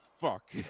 fuck